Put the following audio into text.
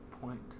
point